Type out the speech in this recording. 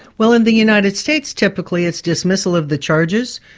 well in the united states typically it's dismissal of the charges,